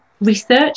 research